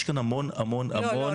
יש כאן המון המון המון תשתיות --- לא,